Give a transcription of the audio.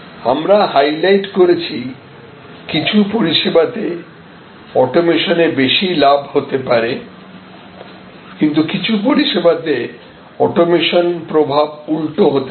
আমরা হাইলাইট করেছি কিছু পরিষেবাতে অটোমেশনে বেশি লাভ হতে পারে কিন্তু কিছু পরিষেবাতে অটোমেশনের প্রভাব উল্টো হতে পারে